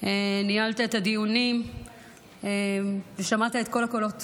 ניהלת את הדיונים ושמעת את כל הקולות